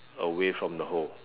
away from the hole